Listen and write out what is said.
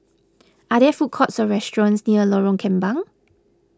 are there food courts or restaurants near Lorong Kembang